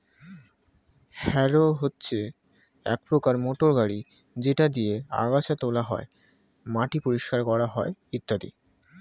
harrow হচ্ছে এক প্রকার মোটর গাড়ি যেটা দিয়ে আগাছা তোলা হয়, মাটি পরিষ্কার করা হয় ইত্যাদি